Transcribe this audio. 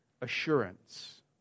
assurance